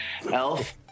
Elf